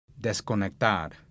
desconectar